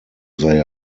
they